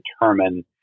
determine